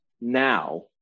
now